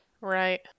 Right